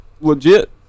legit